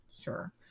Sure